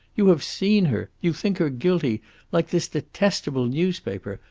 you have seen her. you think her guilty like this detestable newspaper,